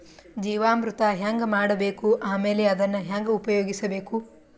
ಜೀವಾಮೃತ ಹೆಂಗ ಮಾಡಬೇಕು ಆಮೇಲೆ ಅದನ್ನ ಹೆಂಗ ಉಪಯೋಗಿಸಬೇಕು?